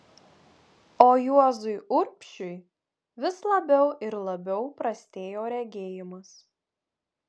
o juozui urbšiui vis labiau ir labiau prastėjo regėjimas